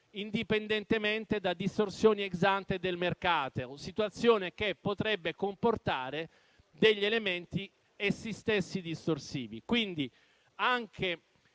indipendentemente da distorsioni *ex ante* del mercato, situazione che potrebbe comportare elementi essi stessi distorsivi.